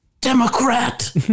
Democrat